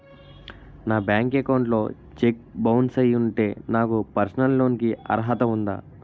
నా bank account లో check bounce అయ్యి ఉంటే నాకు పర్సనల్ లోన్ కీ అర్హత ఉందా?